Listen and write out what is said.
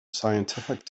scientific